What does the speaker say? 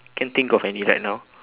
can't think of any right now